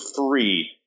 three